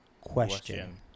question